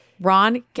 Ron